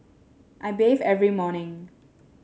I bathe every morning